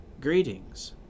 Greetings